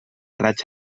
raig